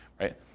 right